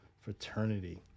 Fraternity